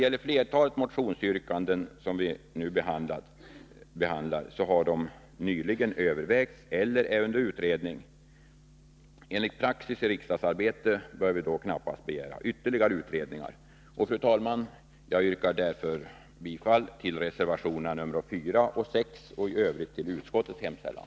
Flertalet av de motionsyrkanden vi nu behandlar har nyligen övervägts eller är under utredning. Enligt praxis i riksdagsarbetet bör vi då knappast begära ytterligare utredningar. Fru talman! Jag yrkar bifall till reservationerna 4 och 6. I övrigt yrkar jag bifall till utskottets hemställan.